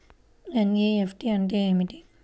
NEFT అంటే ఏమిటి?